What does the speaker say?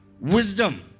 wisdom